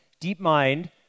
DeepMind